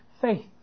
faith